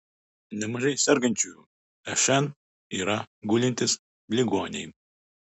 nemažai sergančiųjų šn yra gulintys ligoniai